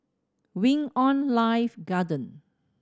Wing On Life Garden